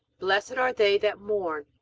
blessed are they that mourn,